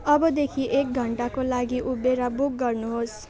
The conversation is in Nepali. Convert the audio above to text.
अबदेखि एक घन्टाको लागि उबर बुक गर्नुहोस्